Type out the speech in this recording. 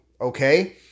okay